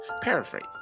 Paraphrase